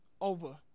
over